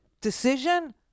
decision